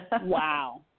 Wow